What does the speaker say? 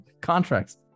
contracts